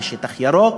כשטח ירוק,